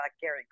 Gary